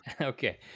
Okay